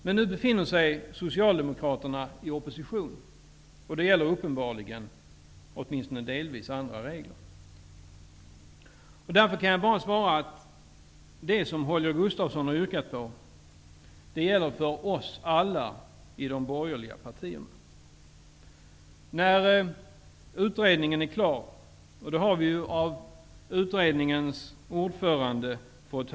Men nu befinner sig socialdemokraterna i opposition, och då gäller uppenbarligen åtminstone delvis andra regler. Därför kan jag bara svara att det som Holger Gustafsson har yrkat på gäller för alla oss i de borgerliga partierna. Vi har från utredningens ordförande fått höra att utredningen snart är klar.